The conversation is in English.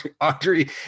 Audrey